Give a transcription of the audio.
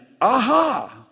aha